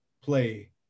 play